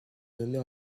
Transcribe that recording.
nommée